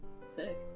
Sick